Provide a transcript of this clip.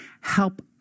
help